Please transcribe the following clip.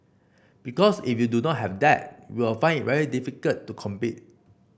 because if you do not have that you will find it very difficult to compete